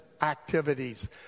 activities